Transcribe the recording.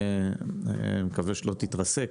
ואני מקווה שלא תתרסק,